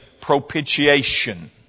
propitiation